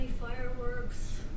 fireworks